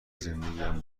زندگیم